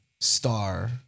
star